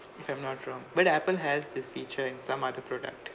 if I'm not wrong but apple has this feature in some other product